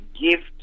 gift